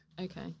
Okay